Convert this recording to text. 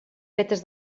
fetes